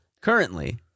Currently